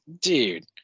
dude